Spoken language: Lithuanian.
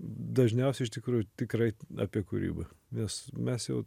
dažniausiai iš tikrųjų tikrai apie kūrybą nes mes jau